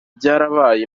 byarabaye